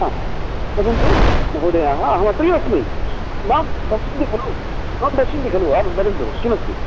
हा वदन्तु महोदयाः अहमत्रैव अस्मि मां पश्यन्ति खलु मां पश्यन्ति खलु आं वदन्तु किमस्ति